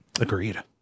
Agreed